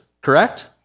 correct